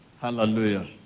Hallelujah